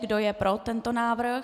Kdo je pro tento návrh?